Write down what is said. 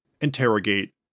interrogate